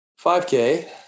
5k